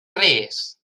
res